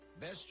best